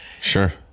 Sure